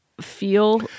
feel